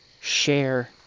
share